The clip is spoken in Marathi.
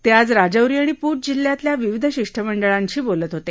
ते आज राजौरी आणि पूंछ जिल्ह्यातल्या विविध शिष्टमंडळाशी बोलत होते